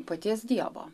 paties dievo